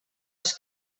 els